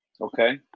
Okay